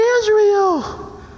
Israel